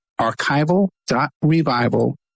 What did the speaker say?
archival.revival